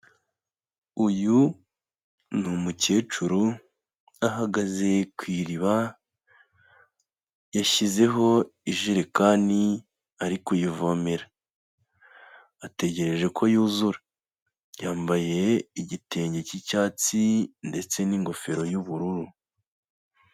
Uyu ni umukecuru ahagaze ku iriba yashyizeho ijerekani ari kuyivomera ategereje ko yuzura, yambaye igitenge cy'icyatsi ndetse n'ingofero y'ubururu.